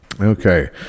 Okay